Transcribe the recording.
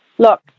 Look